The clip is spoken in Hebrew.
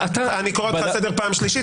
אני קורא אותך לסדר פעם שלישית.